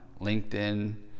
LinkedIn